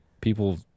People